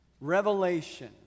Revelation